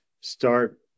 start